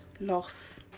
loss